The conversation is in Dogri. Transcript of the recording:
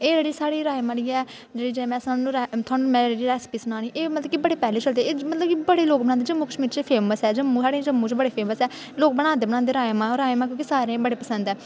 एह् जेह्ड़ी साढ़ी राजमाह् दी ऐ जिसलै थुआनू रैसिपी इस किसमां दी एह् मतलब कि बड़े पैह्लें बनांदे जम्मू कश्मीर च फेमस ऐ साढ़े जम्मू च बड़े फेमस ऐ लोक बनांदे बनांदे राजमाह् राजमाह् क्योंकि सारें गी बड़े पसंद ऐ